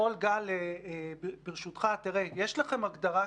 יחד עם זאת אנחנו סבורים שפתיחה מהירה מדי היא גם תזיק לכלכלה עצמה,